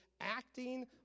acting